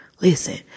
Listen